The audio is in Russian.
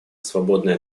свободный